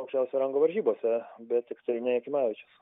aukščiausio rango varžybose bet tiktai ne jakimavičius